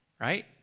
right